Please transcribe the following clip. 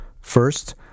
First